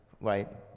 right